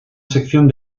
sección